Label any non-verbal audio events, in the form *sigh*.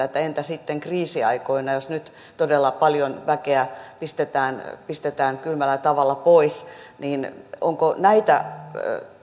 *unintelligible* että entä sitten kriisiaikoina jos nyt todella paljon väkeä pistetään pistetään kylmällä tavalla pois onko näitä